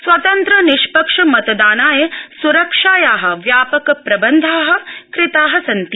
स्वतन्त्रनिष्पक्षमतदानाय सुरक्षाया व्यापकप्रबन्धा कृता सन्ति